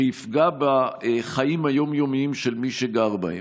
שיפגע בחיים היום-יומיים של מי שגר בהם.